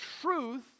truth